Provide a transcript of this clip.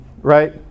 Right